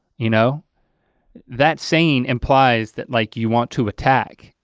you know that saying implies that like you want to attack,